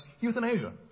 euthanasia